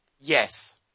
Yes